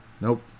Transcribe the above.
Nope